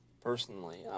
personally